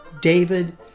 David